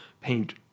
paint